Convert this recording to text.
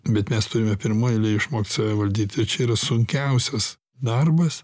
bet mes turime pirmoj eilėj išmokt save valdyt ir čia yra sunkiausias darbas